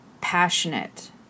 passionate